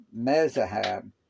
Mezahab